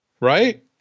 right